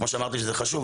כמו שאמרתי שזה חשוב,